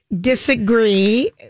disagree